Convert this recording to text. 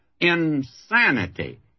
insanity